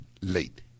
late